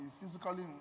physically